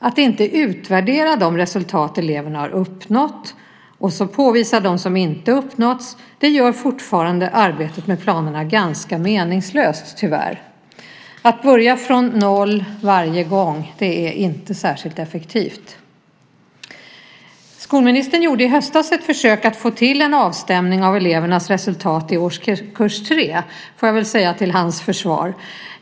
Att inte utvärdera de resultat som eleverna har uppnått och påvisa vad som inte har uppnåtts gör fortfarande arbetet med planerna ganska meningslöst, tyvärr. Att börja från noll varje gång är inte särskilt effektivt. Skolministern gjorde i höstas ett försök att få till en avstämning av elevernas resultat i årskurs 3, får jag väl säga till hans försvar.